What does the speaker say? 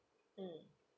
mm